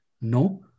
No